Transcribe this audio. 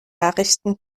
nachrichten